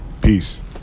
peace